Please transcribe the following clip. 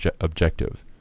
objective